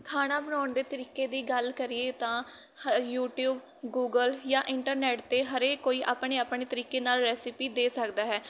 ਖਾਣਾ ਬਣਾਉਣ ਦੇ ਤਰੀਕੇ ਦੀ ਗੱਲ ਕਰੀਏ ਤਾਂ ਹ ਯੂਟੀਊਬ ਗੂਗਲ ਜਾਂ ਇੰਟਰਨੈਟ 'ਤੇ ਹਰੇਕ ਕੋਈ ਆਪਣੇ ਆਪਣੇ ਤਰੀਕੇ ਨਾਲ ਰੈਸਿਪੀ ਦੇ ਸਕਦਾ ਹੈ